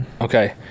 okay